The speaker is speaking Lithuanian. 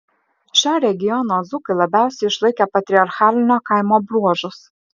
šio regiono dzūkai labiausiai išlaikę patriarchalinio kaimo bruožus